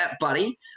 Buddy